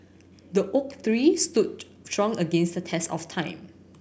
the oak tree stood strong against the test of time